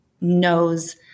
knows